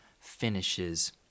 finishes